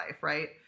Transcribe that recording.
Right